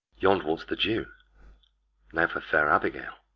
yond' walks the jew now for fair abigail.